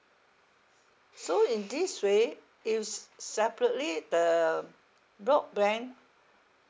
so in this way if is separately the broadband